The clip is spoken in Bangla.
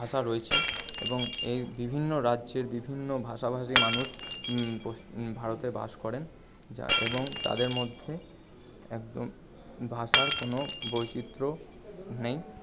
ভাষা রয়েছে এবং এর বিভিন্ন রাজ্যের বিভিন্ন ভাষাভাষী মানুষ ভারতে বাস করেন যা এবং তাদের মধ্যে একদম ভাষার কোনো বৈচিত্র নেই